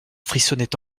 frissonnait